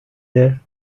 there